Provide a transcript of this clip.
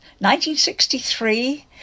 1963